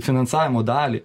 finansavimo dalį